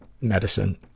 medicine